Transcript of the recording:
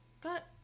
Got